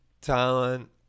talent